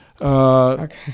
Okay